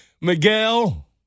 Miguel